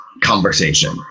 conversation